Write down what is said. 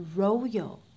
royal